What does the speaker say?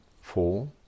Four